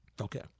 Okay